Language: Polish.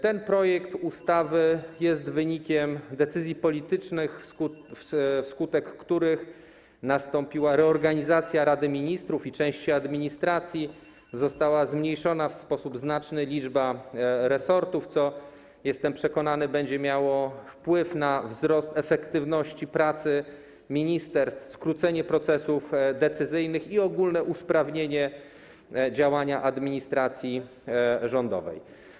Ten projekt ustawy jest wynikiem decyzji politycznych, wskutek których nastąpiła reorganizacja Rady Ministrów i części administracji, została zmniejszona w sposób znaczny liczba resortów, co, jestem przekonany, będzie miało wpływ na wzrost efektywności pracy ministerstw, skrócenie procesów decyzyjnych i ogólne usprawnienie działania administracji rządowej.